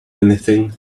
anything